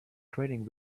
training